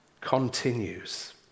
continues